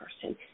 person